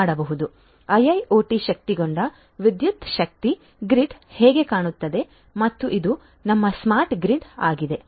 ಆದ್ದರಿಂದ ಐಐಒಟಿ ಶಕ್ತಗೊಂಡ ವಿದ್ಯುತ್ ಶಕ್ತಿ ಗ್ರಿಡ್ ಹೇಗೆ ಕಾಣುತ್ತದೆ ಮತ್ತು ಇದು ನಮ್ಮ ಸ್ಮಾರ್ಟ್ ಗ್ರಿಡ್ ಆಗಿದೆ